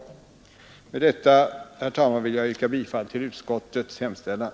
Herr talman! Med detta vill jag yrka bifall till utskottets hemställan.